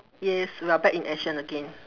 yes we are back in action again